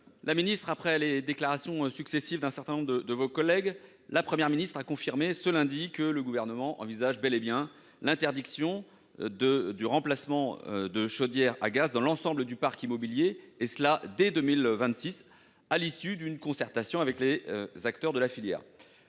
la ministre, après les déclarations successives d'un certain nombre de vos collègues, Mme la Première ministre l'a confirmé lundi dernier : le Gouvernement envisage bel et bien d'interdire l'installation et le remplacement de chaudières à gaz dans l'ensemble du parc immobilier existant, et cela dès 2026, à l'issue d'une concertation avec les acteurs de la filière.